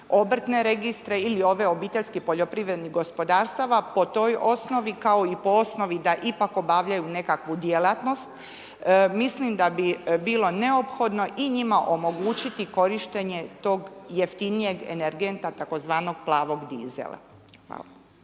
obrtne registre ili ove obiteljskih poljoprivrednih gospodarstava po toj osnovi kao i po osnovi da ipak obavljaju nekakvu djelatnost, mislim da bi bilo neophodno i njima omogućiti korištenje tog jeftinijeg energenta tzv. plavog dizela. Hvala.